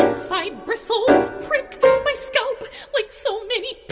ah side bracelets pricked my scalp like so maybe